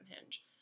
Hinge